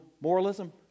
moralism